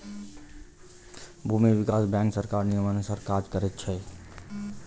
भूमि विकास बैंक सरकारक नियमानुसार काज करैत छै